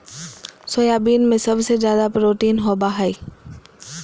soybean में सबसे ज़्यादा प्रोटीन होबा हइ